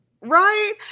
Right